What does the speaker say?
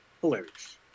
hilarious